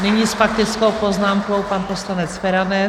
Nyní s faktickou poznámkou pan poslanec Feranec.